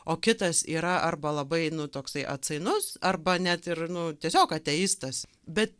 o kitas yra arba labai nu toksai atsainus arba net ir nu tiesiog ateistas bet